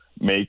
make